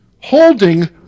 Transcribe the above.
holding